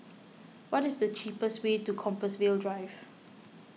what is the cheapest way to Compassvale Drive